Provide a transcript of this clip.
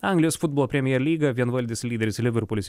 anglijos futbolo premije lyga vienvaldis lyderis liverpulis